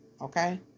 Okay